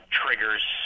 triggers